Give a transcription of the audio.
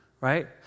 right